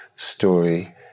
story